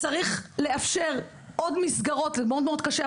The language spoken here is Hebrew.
צריך לאפשר עוד מסגרות; זה מאוד קשה,